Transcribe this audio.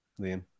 Liam